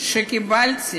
שקיבלתי